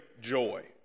joy